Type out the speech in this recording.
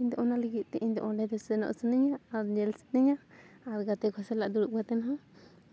ᱤᱧ ᱫᱚ ᱚᱱᱟ ᱞᱟᱹᱜᱤᱫ ᱛᱮ ᱤᱧ ᱫᱚ ᱚᱸᱰᱮ ᱫᱚ ᱥᱮᱱᱚᱜ ᱥᱟᱱᱟᱧᱟ ᱟᱨ ᱧᱮᱞ ᱥᱟᱱᱟᱧᱟ ᱟᱨ ᱜᱟᱛᱮ ᱠᱚ ᱥᱟᱞᱟᱜ ᱫᱩᱲᱩᱵ ᱠᱟᱛᱮᱱ ᱦᱚᱸ